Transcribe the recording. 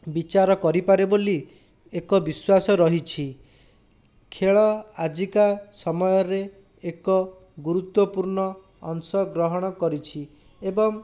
ବିଚାର କରିପାରେ ବୋଲି ଏକ ବିଶ୍ୱାସ ରହିଛି ଖେଳ ଆଜିକା ସମୟରେ ଏକ ଗୁରୁତ୍ୱପୂର୍ଣ୍ଣ ଅଂଶଗ୍ରହଣ କରିଛି ଏବଂ